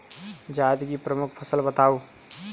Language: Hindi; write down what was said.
जायद की प्रमुख फसल बताओ